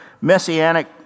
messianic